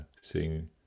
seeing